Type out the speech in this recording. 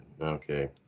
Okay